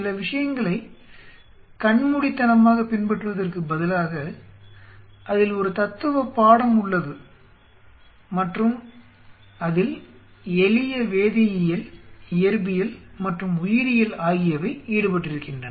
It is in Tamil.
சில விஷயங்களை கண்மூடித்தனமாகப் பின்பற்றுவதற்குப் பதிலாக அதில் ஒரு தத்துவப் பாடம் உள்ளது மற்றும் அதில் எளிய வேதியியல் இயற்பியல் மற்றும் உயிரியல் ஆகியவை ஈடுபட்டிருக்கின்றன